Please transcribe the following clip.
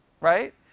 right